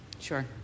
Sure